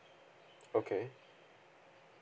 okay